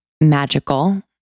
magical